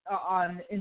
on